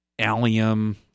allium